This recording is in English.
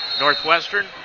Northwestern